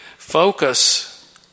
Focus